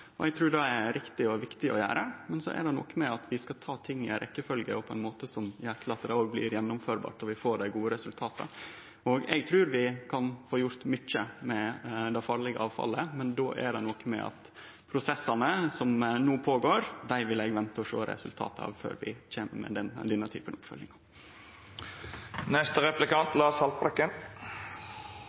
og eg trur det er riktig og viktig å gjere, men så er det noko med at vi skal ta ting i ei rekkefølgje og på ein måte som gjer at det òg kan gjennomførast og vi får dei gode resultata. Eg trur vi kan få gjort mykje med det farlige avfallet, men dei prosessane som no går føre seg, vil eg sjå resultata av, før vi kjem med denne typen